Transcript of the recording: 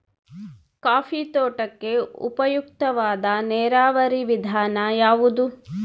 Coffee ತೋಟಕ್ಕೆ ಉಪಯುಕ್ತವಾದ ನೇರಾವರಿ ವಿಧಾನ ಯಾವುದು?